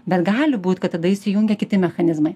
bet gali būt kad tada įsijungia kiti mechanizmai